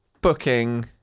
booking